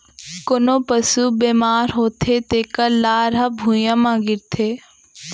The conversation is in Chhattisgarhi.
कोनों पसु बेमार होथे तेकर लार ह भुइयां म गिरथे